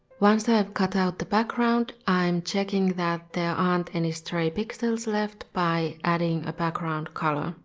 once i've cut out the background, i'm checking that there aren't any stray pixels left by adding a background color.